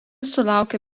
sulaukė